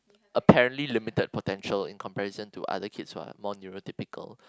apparently limited potential in comparison to other kids what more neurotypical